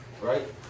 right